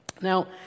Now